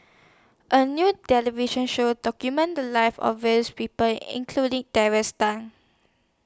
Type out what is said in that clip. A New television Show documented The Lives of various People including Terry Tan